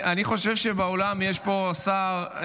אני חושב שבאולם יש פה שר,